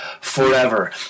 forever